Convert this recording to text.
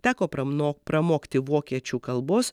teko pranmo pramokti vokiečių kalbos